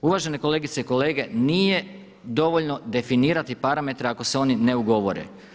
Uvažene kolegice i kolege nije dovoljno definirati parametre ako se oni ne ugovore.